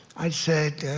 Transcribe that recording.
i said,